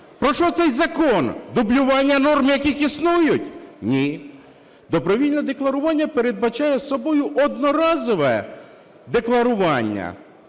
Про що цей закон – дублювання норм, які існують? Ні. Добровільне декларування передбачає собою одноразове декларування